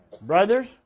Brothers